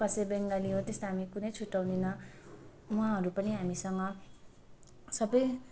कसै बेङ्गाली हो त्यस्तो हामी कुनै छुट्याउँदैनौँ उहाँहरू पनि हामीसँग सबै